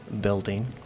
building